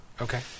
Okay